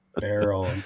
barrel